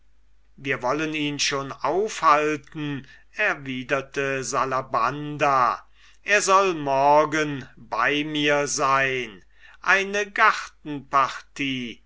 wir wollen ihn schon aufhalten sagte salabanda er soll morgen bei mir sein eine